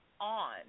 on